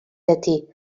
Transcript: llatí